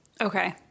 Okay